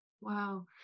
Wow